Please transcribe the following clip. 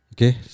Okay